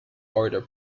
order